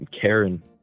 Karen